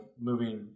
moving